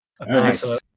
Nice